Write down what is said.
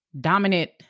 dominant